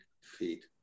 feet